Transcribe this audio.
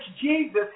Jesus